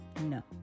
No